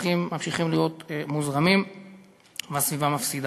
השפכים ממשיכים ומוזרמים והסביבה מפסידה.